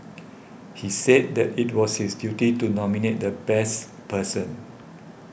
he said that it was his duty to nominate the best person